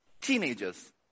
teenagers